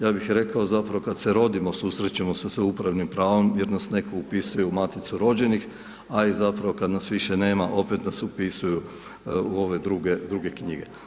Ja bih rekao, zapravo, kad se rodimo, susrećemo se sa upravnim pravom jer nas netko upisuje u maticu rođenih, a i zapravo kad nas više nema, opet nas upisuju u ove druge knjige.